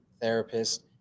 therapist